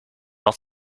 had